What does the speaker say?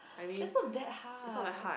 it's not that hard